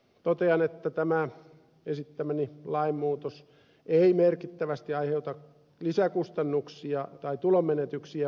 totean että tämä esittämäni lainmuutos ei merkittävästi aiheuta lisäkustannuksia tai tulonmenetyksiä valtiolle